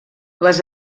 les